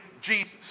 Jesus